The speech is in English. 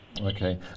Okay